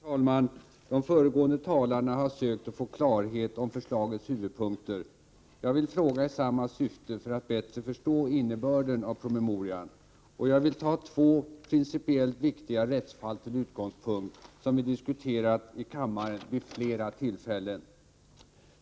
Herr talman! De föregående talarna har sökt att få klarhet i förslagets huvudpunkter. Jag vill ställa en fråga med samma syfte för att vi bättre skall förstå innebörden av promemorian. Jag skall ta två principiellt viktiga rättsfall till utgångspunkt. Dessa rättsfall har vi diskuterat i kammaren vid flera tillfällen.